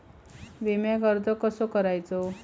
विम्याक अर्ज कसो करायचो?